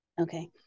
okay